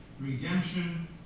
redemption